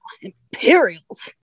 Imperials